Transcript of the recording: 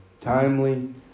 timely